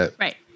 Right